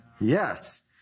Yes